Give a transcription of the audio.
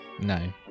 No